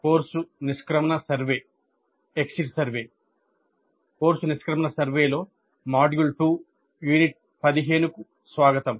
course నిష్క్రమణ సర్వేలో module 2 unit 15 కు స్వాగతం